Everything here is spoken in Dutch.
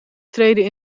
streden